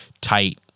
tight